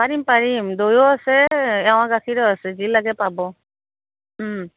পাৰিম পাৰিম দৈয়ো আছে এৱা গাখীৰো আছে যি লাগে পাব